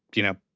you know,